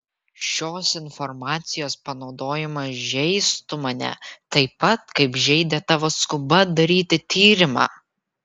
šios informacijos panaudojimas žeistų mane taip pat kaip žeidė tavo skuba daryti tyrimą